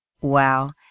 wow